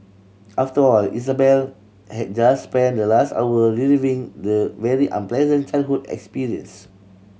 after all Isabel had just spent the last hour reliving the very unpleasant childhood experience